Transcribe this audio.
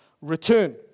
return